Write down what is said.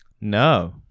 No